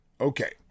okay